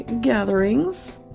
gatherings